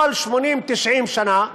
כל 80 90 שנה.